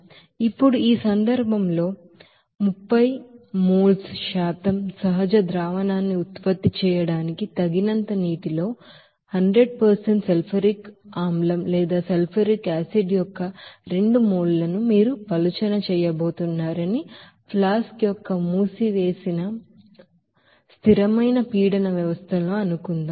ఇప్పుడు ఈ సందర్భంలో 30 మోల్ శాతం ಅಕ್ಯುಔಸ್ ಸೊಲ್ಯೂಷನ್న్ని ఉత్పత్తి చేయడానికి తగినంత నీటితో 100 సల్ఫ్యూరిక్ ఆమ్లం యొక్క రెండు మోల్ లను మీరు పలుచన చేయబోతున్నారని ఫ్లాస్క్ యొక్క మూసివేసిన ಕಾನ್ಸ್ಟಂಟ್ ಪ್ರೆಷರ್ ಸಿಸ್ಟಮ್లో అనుకుందాం